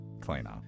cleaner